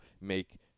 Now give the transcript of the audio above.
make